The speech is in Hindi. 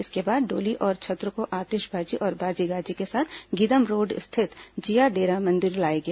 इसके बाद डोली और छत्र को आतिशबाजी और बाजे गाजे के साथ गीदम रोड स्थित जिया डेरा मंदिर लाया गया